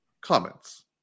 comments